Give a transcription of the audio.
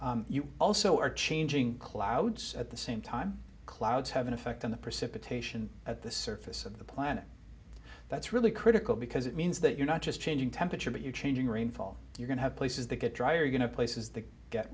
way you also are changing clouds at the same time clouds have an effect on the precipitation at the surface of the planet that's really critical because it means that you're not just changing temperature but you're changing rainfall you're going to have places that get drier going to places that get